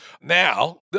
Now